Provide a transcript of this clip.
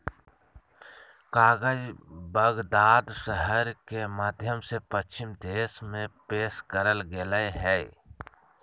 कागज बगदाद शहर के माध्यम से पश्चिम देश में पेश करल गेलय हइ